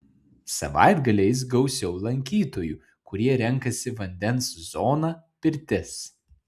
savaitgaliais gausiau lankytojų kurie renkasi vandens zoną pirtis